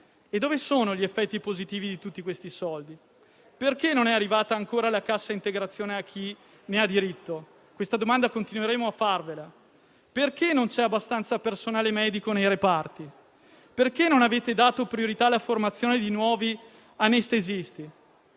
ma dove sono gli effetti positivi di tutti questi soldi? Perché non è arrivata ancora la cassa integrazione a chi ne ha diritto? Questa domanda continueremo a farvela. Perché non c'è abbastanza personale medico nei reparti? Perché non avete dato priorità alla formazione di nuovi anestesisti?